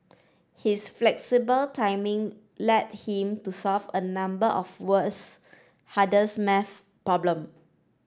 his flexible timing led him to solve a number of world's hardest math problem